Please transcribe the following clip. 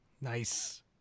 Nice